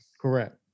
Correct